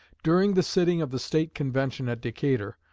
during the sitting of the state convention at decatur,